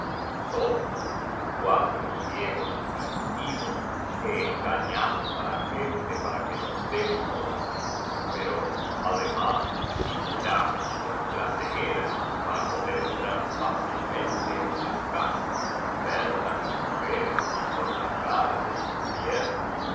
somos cuatro ciegos fingidos que engañamos á la gente para que nos dé limosna pero además simulamos nuestra ceguera para poder entrar fácilmente en las casas ver las mujeres con la cara descubierta